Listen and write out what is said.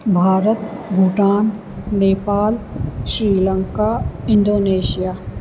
Bharat Bhutan Nepal Sri Lanka Indonesia